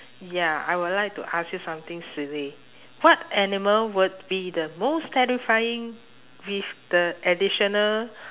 ya I would like to ask you something silly what animal would be the most terrifying with the additional